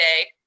today